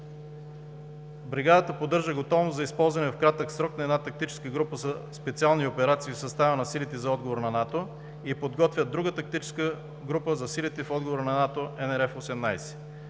бригадата поддържа готовност за използване в кратък срок на една тактическа група за специални операции в състава на силите за отговор на НАТО и подготвя друга тактическа група за силите за отговор на НАТО – NRF-18.